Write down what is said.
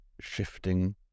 shifting